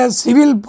civil